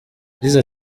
yagize